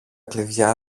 κλειδιά